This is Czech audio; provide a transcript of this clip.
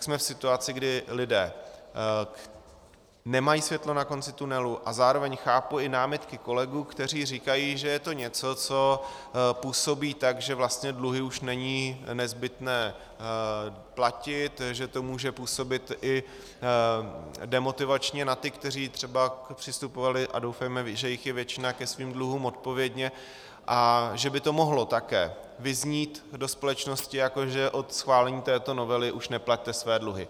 Jsme v situaci, kdy lidé nemají světlo na konci tunelu, a zároveň chápu i námitky kolegů, kteří říkají, že je to něco, co působí tak, že vlastně dluhy už není nezbytné platit, že to může působit i demotivačně na ty, kteří třeba přistupovali, a doufejme, že jich je většina, ke svým dluhům odpovědně, a že by to mohlo také vyznít do společnosti, jako že od schválení této novely už neplaťte své dluhy.